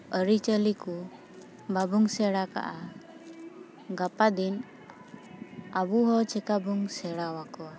ᱟᱹᱨᱤᱼᱪᱟᱹᱞᱤ ᱠᱚ ᱵᱟᱵᱚᱝ ᱥᱮᱬᱟ ᱠᱟᱜᱼᱟ ᱜᱟᱯᱟᱫᱤᱱ ᱟᱵᱚ ᱦᱚᱸ ᱪᱤᱠᱟᱵᱚᱱ ᱥᱮᱬᱟᱣᱟᱠᱚᱣᱟ